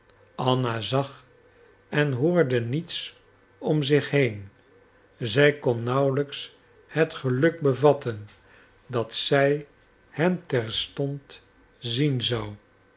anna zag en hoorde niets om zich heen zij kon nauwelijks het geluk bevatten dat zij hem terstond